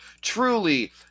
Truly